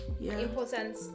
important